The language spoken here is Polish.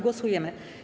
Głosujemy.